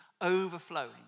overflowing